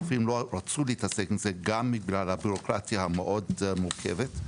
אלא כי רופאים לא רצו להתעסק בזה; גם בגלל הבירוקרטיה המאוד מורכבת,